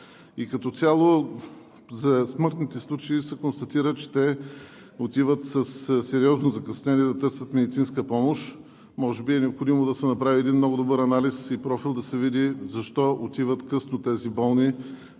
Като цяло за смъртните случаи се констатира, че те отиват със сериозно закъснение да търсят медицинска помощ. Може би е необходимо да се направи един много добър анализ и профил, за да се види защо отиват късно тези болни